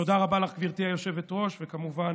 תודה רבה לך, גברתי היושבת-ראש, וכמובן,